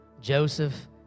Joseph